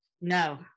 no